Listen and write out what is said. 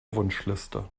wunschliste